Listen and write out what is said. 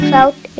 South